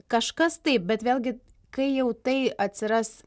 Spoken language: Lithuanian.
kažkas taip bet vėlgi kai jau tai atsiras